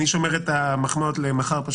אני שומר את המחמאות למחר.